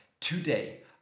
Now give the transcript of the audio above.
today